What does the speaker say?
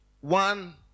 one